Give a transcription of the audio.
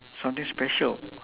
something special